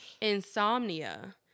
Insomnia